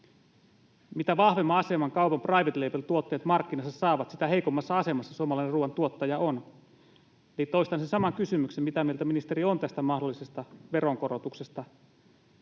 Mitä vahvemman aseman kaupan private label -tuotteet markkinassa saavat, sitä heikommassa asemassa suomalainen ruuantuottaja on. Toistan sen saman kysymyksen: mitä mieltä ministeri on tästä mahdollisesta veronkorotuksesta?